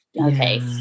okay